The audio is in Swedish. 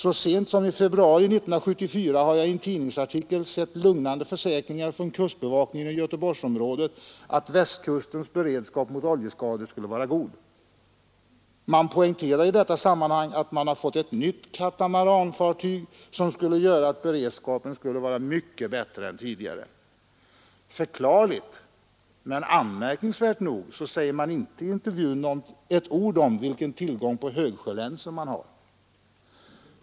Så sent som i februari 1974 har jag i en tidningsartikel sett lugnande försäkringar från kustbevakningen i Göteborgsområdet om att Västkustens beredskap mot oljeskador skulle vara god. Man poängterar i detta sammanhang att man har fått ett nytt katamaranfartyg vilket skulle göra att beredskapen skulle vara mycket bättre än tidigare. Förklarligt — men anmärkningsvärt — nog säger man i intervjun inte ett ord om vilken tillgång på hög: nsor man har!